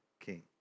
king